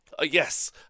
Yes